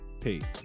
Peace